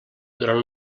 durant